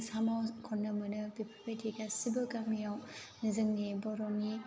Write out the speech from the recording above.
साम' खननो मोनो बेफोरबायदि गासिबो गामियाव जोंनि बर'नि